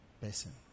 person